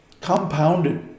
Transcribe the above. compounded